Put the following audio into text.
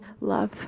love